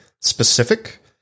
specific